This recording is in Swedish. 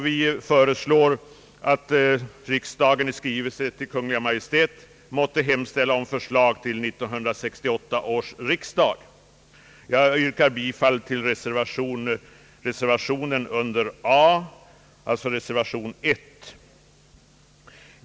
Vi föreslår därför att riksdagen i skrivelse till Kungl. Maj:t måtte hemställa om förslag till 1968 års riksdag på denna punkt. Jag yrkar bifall till den vid punkten A fogade reservationen nr 1.